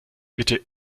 bitte